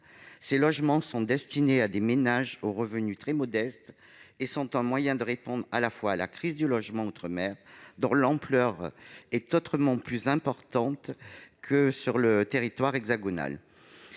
Ces logements sont destinés à des ménages aux revenus très modestes et sont un moyen de répondre à la crise du logement outre-mer, dont l'ampleur est autrement plus importante que sur le territoire hexagonal.